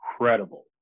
incredible